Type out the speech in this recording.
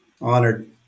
Honored